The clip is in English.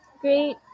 great